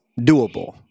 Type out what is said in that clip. doable